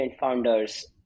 founders